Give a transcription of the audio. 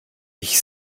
ich